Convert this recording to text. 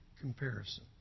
comparison